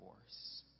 force